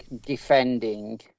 defending